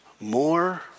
more